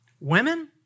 Women